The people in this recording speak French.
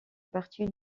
partie